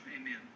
Amen